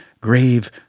grave